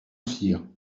cyr